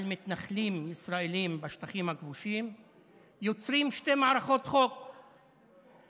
על מתנחלים ישראלים בשטחים הכבושים יוצרים שתי מערכות חוק,